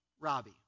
Robbie